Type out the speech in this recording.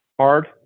hard